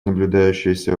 наблюдающаяся